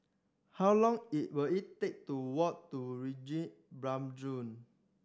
how long it will it take to walk to